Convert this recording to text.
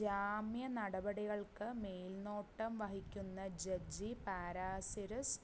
ജാമ്യ നടപടികൾക്ക് മേൽനോട്ടം വഹിക്കുന്ന ജഡ്ജി പാരാസിരിസ്